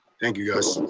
thank you guys.